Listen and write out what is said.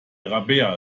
rabea